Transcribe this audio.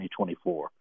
2024